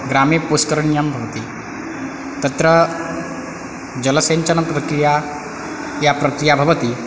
ग्रामे पुष्करिण्यां भवति तत्र जलशञ्चयनप्रक्रिया या प्रक्रिया भवति